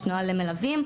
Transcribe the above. יש נוהל למלווים,